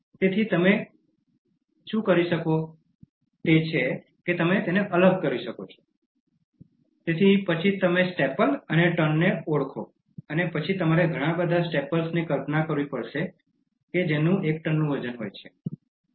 તેથી તમે જે કરી શકો તે છે તમે અલગ કરી શકો છો તેથી પછી તમે સ્ટેપલ અને ટનને ઓળખો અને પછી તમારે ઘણા બધા સ્ટેપલ્સની કલ્પના કરવી પડશે જે એક ટનનું વજન ધરાવે છે